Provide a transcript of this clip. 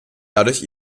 dadurch